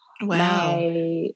Wow